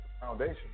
foundation